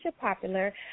Popular